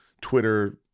twitter